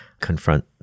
confront